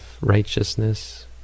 righteousness